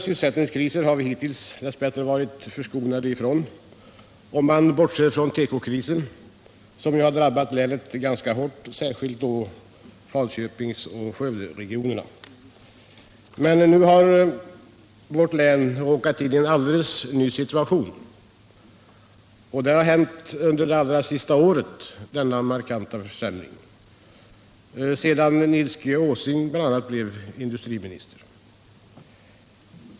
Vi har hittills dess bättre varit förskonade från stora sysselsättningskriser — om man bortser från tekokrisen, som har drabbat länet ganska hårt, särskilt Falköpingsoch Skövderegionerna. Men nu har vårt län råkat in i en alldeles ny situation, och denna markanta försämring har skett under det allra senaste året — bl.a. sedan Nils Åsling blev industriminister.